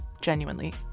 Genuinely